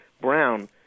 Brown